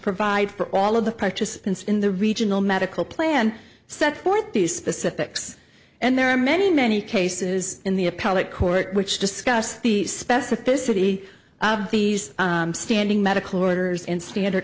provide for all of the participants in the regional medical plan set forth the specifics and there are many many cases in the appellate court which discuss the specificity of these standing medical orders in standard